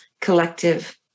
collective